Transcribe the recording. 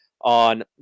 on